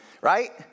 Right